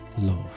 love